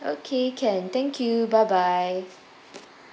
okay can thank you bye bye